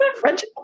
French